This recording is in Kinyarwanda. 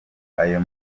ayo